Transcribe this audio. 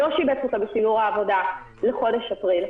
לא שיבץ אותה בסידור העבודה בחודש אפריל.